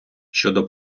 щодо